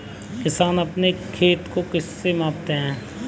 किसान अपने खेत को किससे मापते हैं?